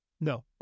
No